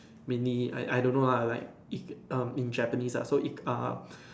mini I I don't know lah like um in Japanese ah so it uh um